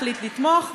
החליט לתמוך,